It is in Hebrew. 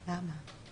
אז מה?